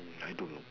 I don't know